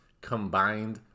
combined